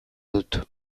dut